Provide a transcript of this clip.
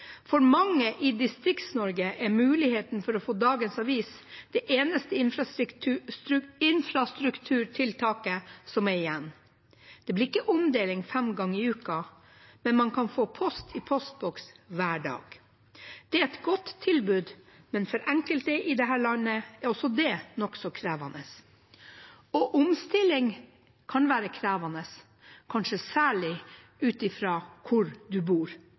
For mange i Distrikts-Norge er muligheten for å få dagens avis det eneste infrastrukturtiltaket som er igjen. Det blir ikke omdeling fem ganger i uken, men man kan få post i postboks hver dag. Det er et godt tilbud, men for enkelte i dette landet er også det nokså krevende. Omstilling kan være krevende, kanskje særlig ut fra hvor man bor.